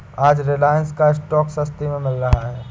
आज रिलायंस का स्टॉक सस्ते में मिल रहा है